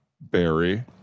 Barry